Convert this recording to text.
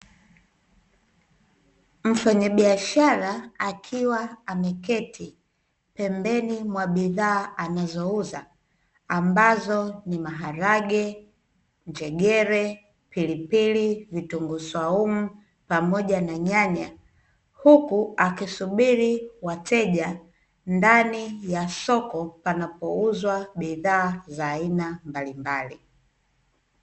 Mfanya biashara akiwa ameketi pembeni mwa bidhaa anazo uza ambazo ni maharage, njegere, pilipili, vitunguu swaumu pamoja na nyanya, huku akisubiri wateja ndani ya soko panapo uzwa bidhaa za aina mbalimbali.